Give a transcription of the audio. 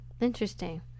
interesting